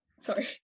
Sorry